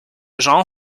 genre